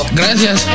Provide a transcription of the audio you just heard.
gracias